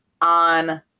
on